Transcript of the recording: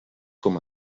com